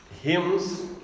Hymns